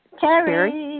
Carrie